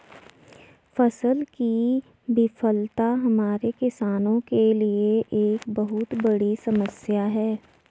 फसल की विफलता हमारे किसानों के लिए एक बहुत बड़ी समस्या है